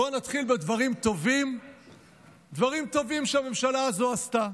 בואו נתחיל בדברים טובים שהממשלה הזו עשתה: